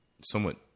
Somewhat